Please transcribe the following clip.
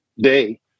day